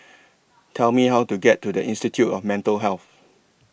Tell Me How to get to The Institute of Mental Health